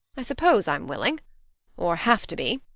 i suppose i'm willing or have to be.